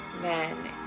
men